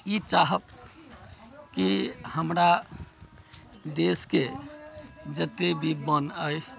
ई चाहब कि हमरा देशके जते भी वन अइ